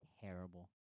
terrible